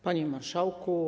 Panie Marszałku!